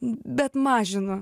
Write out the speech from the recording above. bet mažinu